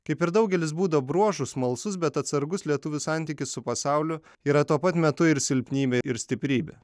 kaip ir daugelis būdo bruožų smalsus bet atsargus lietuvių santykis su pasauliu yra tuo pat metu ir silpnybė ir stiprybė